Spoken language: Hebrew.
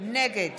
נגד